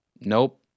Nope